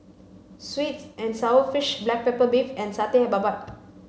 sweets and sour fish black pepper beef and satay Babat